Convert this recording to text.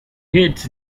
heads